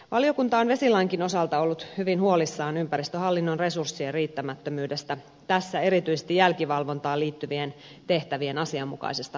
valiokunta on vesilainkin osalta ollut hyvin huolissaan ympäristöhallinnon resurssien riittämättömyydestä tässä erityisesti jälkivalvontaan liittyvien tehtävien asianmukaisesta hoitamisesta